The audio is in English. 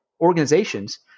organizations